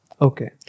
Okay